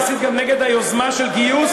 אתה מסית גם נגד היוזמה של גיוס,